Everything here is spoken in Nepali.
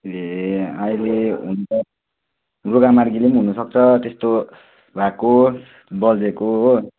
ए अहिले हुनु त रुगा मार्गीले पनि हुनुसक्छ त्यस्तो भएको बजेको हो